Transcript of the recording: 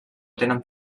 tenen